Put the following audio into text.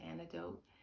antidote